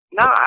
no